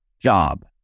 job